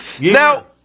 Now